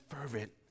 fervent